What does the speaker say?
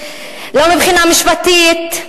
לא מבחינה משפטית,